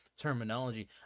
terminology